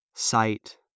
Sight